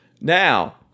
now